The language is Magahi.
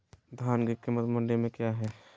धान के कीमत मंडी में क्या है?